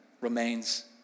remains